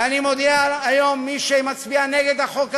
ואני מודיע היום: מי שמצביע נגד החוק הזה,